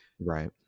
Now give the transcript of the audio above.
right